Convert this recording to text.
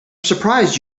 surprised